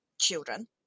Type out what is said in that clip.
children